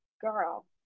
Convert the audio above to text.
girl